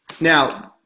Now